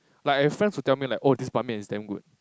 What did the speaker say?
like I have friends who to tell me like oh this Ban-Mian is damn good